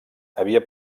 havia